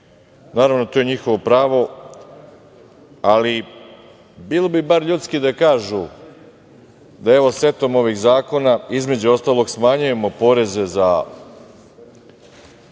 Naravno, to je njihovo pravo, ali bilo bi bar ljudski da kažu da setom ovih zakona, između ostalog, smanjujemo poreze i